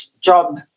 job